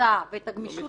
המוצא ואת הגמישות